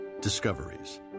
Discoveries